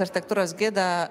architektūros gidą